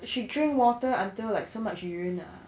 she drink water until like so much urine ah